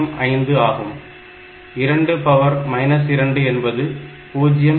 5 ஆகும் 2 2 என்பது 0